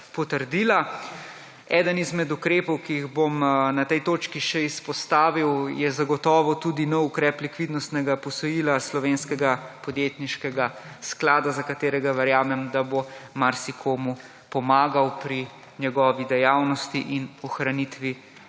potrdila. Eden izmed ukrepov, ki jih bom na tej točki še izpostavil je zagotovo tudi nov ukrep likvidnostnega posojila slovenskega podjetniškega sklada, za katerega verjamem, da bo marsikomu pomagal pri njegovi dejavnosti in ohranitvi